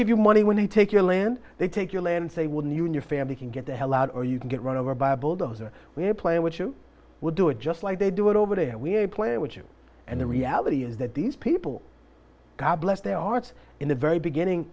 give you money when they take your land they take your land say wouldn't you and your family can get the hell out or you can get run over by a bulldozer we're playing what you would do it just like they do it over there we're playing with you and the reality is that these people god bless their hearts in the very beginning